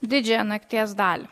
didžiąją nakties dalį